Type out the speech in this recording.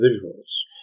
individuals